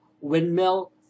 windmill